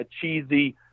cheesy